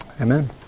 Amen